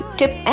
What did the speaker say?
tip